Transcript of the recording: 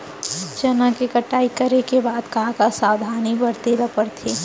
चना के कटाई करे के बाद का का सावधानी बरते बर परथे?